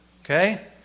Okay